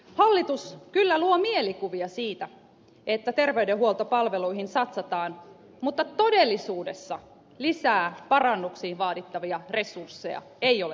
hallitus kyllä luo mielikuvia siitä että terveydenhuoltopalveluihin satsataan mutta todellisuudessa lisää parannuksiin vaadittavia resursseja ei ole tulossa